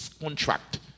contract